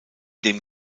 dem